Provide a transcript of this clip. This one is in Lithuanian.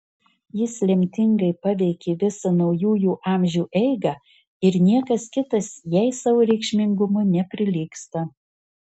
jis lemtingai paveikė visą naujųjų amžių eigą ir niekas kitas jai savo reikšmingumu neprilygsta